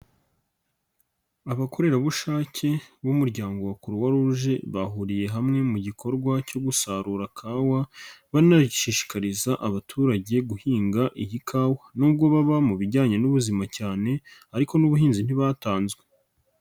Abakorerabushake b'umuryango croix rouge bahuriye hamwe mu gikorwa cyo gusarura kawa, banashishikariza abaturage guhinga iyi kawa. Nubwo baba mu bijyanye n'ubuzima cyane ariko n'ubuhinzi ntibatanzwe.